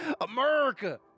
America